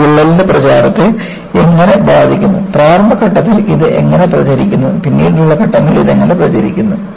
ഇത് വിള്ളലിന്റെ പ്രചാരണത്തെ എങ്ങനെ ബാധിക്കുന്നു പ്രാരംഭ ഘട്ടത്തിൽ ഇത് എങ്ങനെ പ്രചരിക്കുന്നു പിന്നീടുള്ള ഘട്ടങ്ങളിൽ ഇത് എങ്ങനെ പ്രചരിക്കുന്നു